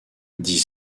dit